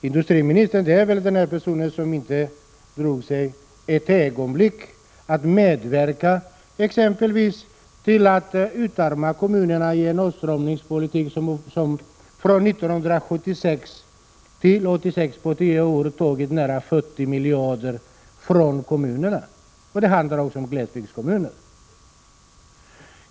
Industriministern är en person som inte ett ögonblick drog sig för att medverka exempelvis till att utarma kommunerna genom en åtstramningspolitik som på tio år, från 1976 till 1986, har tagit nära 40 miljarder från kommunerna. Det handlar då också om glesbygdskommunerna.